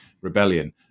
Rebellion